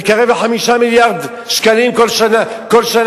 זה מתקרב ל-5 מיליארד שקלים כל שנה.